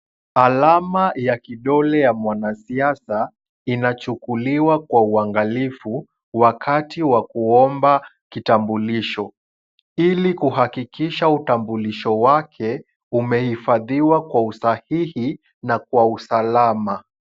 Alama ya kidole ya mwanasiasa, inachukuliwa kwa uangalifu, wakati wa kuomba kitambulisho, ili kuhakikisha utambulisho wake, umehifadiwa kwa usahihi na kwa usalama.